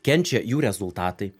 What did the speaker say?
kenčia jų rezultatai